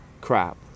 Crap